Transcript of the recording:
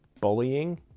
bullying